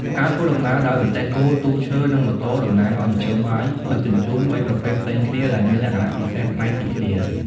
ការធ្វើដំណើរដោយ រទេះគោ ទូកឈើ និងម៉ូតូ តំណាងឱ្យមធ្យោបាយដឹកជញ្ជូនបីប្រភេទផ្សេងគ្នា ដែលមានលក្ខណៈពិសេសប្លែកពីគ្នា ។